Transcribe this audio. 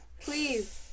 please